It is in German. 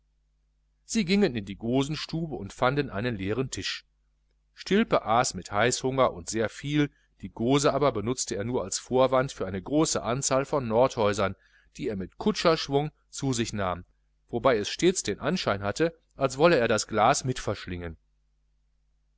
sie gingen in die gosenstube und fanden einen leeren tisch stilpe aß mit heißhunger und sehr viel die gose aber benutzte er nur als vorwand für eine große anzahl von nordhäusern die er mit kutscherschwung zu sich nahm wobei es stets den anschein hatte als wolle er das glas mit verschlingen